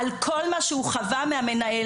על כל מה שהוא חווה מהמנהל,